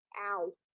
Ow